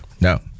No